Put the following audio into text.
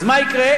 אז מה יקרה?